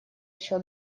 счет